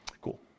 Cool